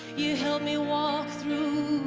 me walk through